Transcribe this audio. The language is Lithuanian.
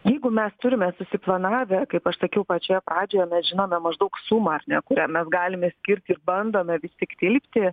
jeigu mes turime susiplanavę kaip aš sakiau pačioje pradžioje mes žinome maždaug sumą kurią mes galime skirti ir bandome vis tik tilpti